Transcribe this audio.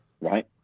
Right